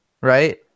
right